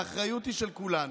האחריות היא של כולנו.